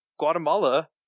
Guatemala